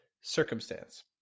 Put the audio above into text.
circumstance